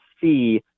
see